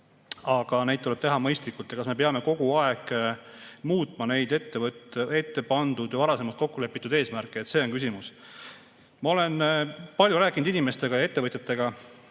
aga neid tuleb teha mõistlikult. Ja kas me peame kogu aeg muutma neid ette pandud ja varem kokku lepitud eesmärke? See on küsimus. Ma olen palju rääkinud inimestega, ettevõtjatega,